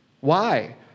Why